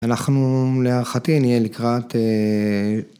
אנחנו להערכתי נהיה לקראת